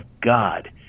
God